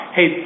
Hey